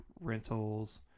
rentals